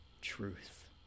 truth